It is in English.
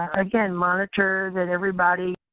again, monitor that everybody